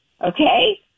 okay